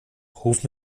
ruf